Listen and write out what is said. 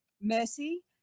Mercy